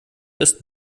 ist